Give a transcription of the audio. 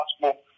possible